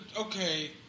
Okay